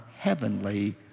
heavenly